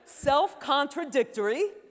self-contradictory